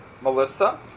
Melissa